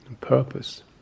purpose